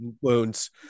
wounds